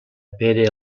pere